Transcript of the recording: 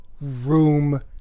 room